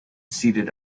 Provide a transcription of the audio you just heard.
seated